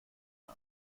god